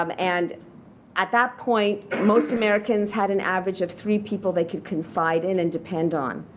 um and at that point, most americans had an average of three people they can confide in and depend on.